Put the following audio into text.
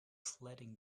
sledding